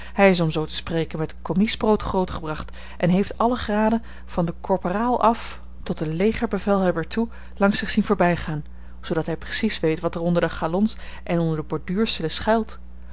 hij is om zoo te spreken met commiesbrood grootgebracht en heeft alle graden van den korporaal af tot den legerbevelhebber toe langs zich zien voorbijgaan zoodat hij precies weet wat er onder de galons en onder de borduursels schuilt